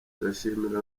turashimira